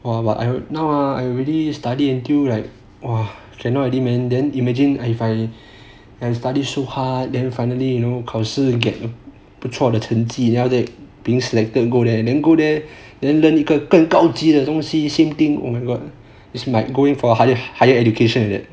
!wah! but now ah I really study until like !wah! cannot already man then imagine if I I study so hard then finally you know 考试 get a 不错的成绩 ya then being selected to go there and then go there then learn 一个更高级的东西 same thing oh my god it's like going for higher higher education like that